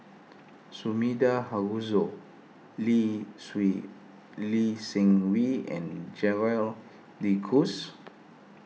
Sumida Haruzo Lee Sui Lee Seng Wee and Gerald De Cruz